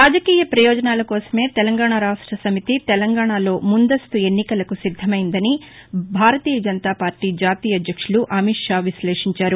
రాజకీయ ప్రయోజనాల కోసమే తెలంగాణా రాష్ట సమితి తెలంగాణలో ముందస్తు ఎన్నికలకు సిద్దమైందని భారతీయ జనతా పార్టీ జాతీయ అధ్యక్షులు అమిత్ షా విశ్లేషించారు